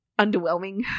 underwhelming